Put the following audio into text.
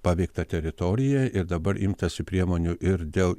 paveiktą teritoriją ir dabar imtasi priemonių ir dėl